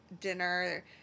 dinner